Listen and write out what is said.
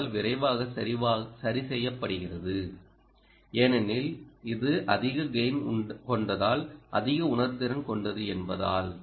ஓவால் விரைவாக சரிசெய்யப்படுகிறது ஏனெனில் இது அதிக கெய்ன் கொண்டதால் அதிக உணர்திறன் கொண்டது என்பதால்